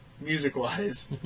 music-wise